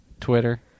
twitter